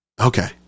Okay